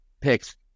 picks